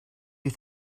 you